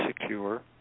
secure